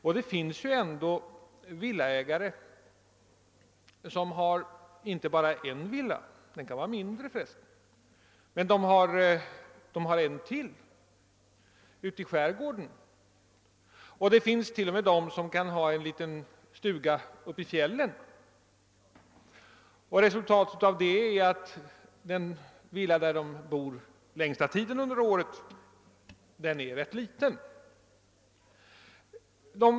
Och det finns ändå villaägare som har inte bara en villa — den kan vara mindre för resten — utan ytterligare en, kanske ute i skärgården, och det finns de som t.o.m. har en liten stuga uppe i fjällen. Resultatet är att den villa där de bor längsta tiden under året är rätt liten.